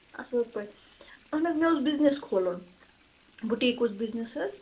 اَصٕل پٲٹھۍ اَہَن حظ مےٚ اوس بِزنِس کھولُن بُٹیٖکُس بِِزنِس حظ